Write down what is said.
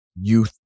youth